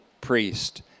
priest